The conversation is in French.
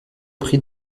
prix